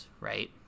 right